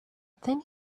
then